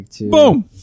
Boom